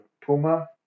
Puma